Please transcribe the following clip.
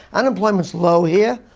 unemployment's low here.